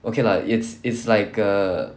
okay lah it's it's like a